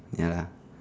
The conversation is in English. ya lah